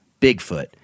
Bigfoot